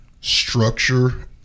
structure